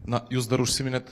na jūs dar užsiminėt